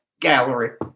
gallery